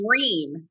dream